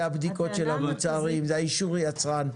אלה הבדיקות של המוצרים, זה אישור היצרן.